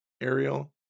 Ariel